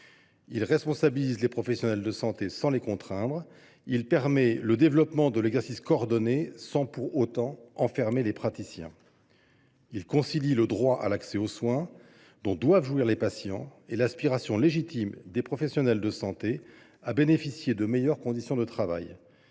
il responsabilise les professionnels de santé sans les contraindre ; il permet le développement de l’exercice coordonné sans pour autant enfermer les praticiens ; enfin, il concilie le droit à l’accès aux soins des patients et l’aspiration légitime des professionnels de santé à bénéficier de meilleures conditions de travail.